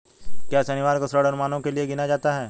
क्या शनिवार को ऋण अनुमानों के लिए गिना जाता है?